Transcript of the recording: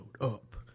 up